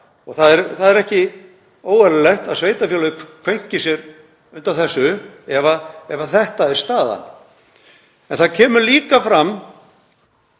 og það er ekki óeðlilegt að sveitarfélögin kveinki sér undan þessu ef þetta er staðan. Það kemur líka fram